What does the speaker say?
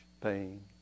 pain